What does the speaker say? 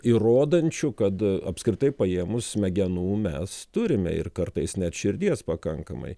įrodančių kad apskritai paėmus smegenų mes turime ir kartais net širdies pakankamai